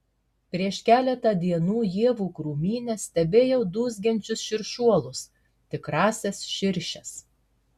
prieš keletą dienų ievų krūmyne stebėjau dūzgiančius širšuolus tikrąsias širšes